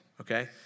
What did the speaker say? okay